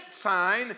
sign